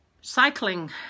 cycling